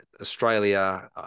Australia